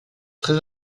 très